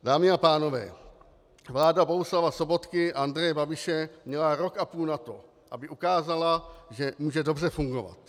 Dámy a pánové, vláda Bohuslava Sobotky a Andreje Babiše měla rok a půl na to, aby ukázala, že může dobře fungovat.